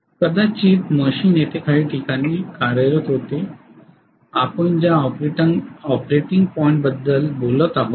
कदाचित मशीन येथे काही ठिकाणी कार्यरत होते आपण ज्या ऑपरेटिंग पॉईंटबद्दल बोलत आहोत